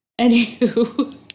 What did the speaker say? Anywho